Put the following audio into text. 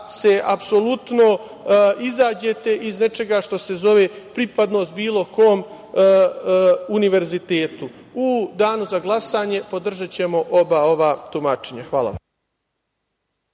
da apsolutno izađete iz nečega što se zove pripadnost bilo kom univerzitetu.U Danu za glasanje, podržaćemo oba ova tumačenja. Hvala.